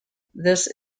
this